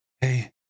hey